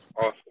awesome